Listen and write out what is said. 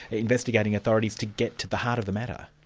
investigating authorities to get to the heart of the matter.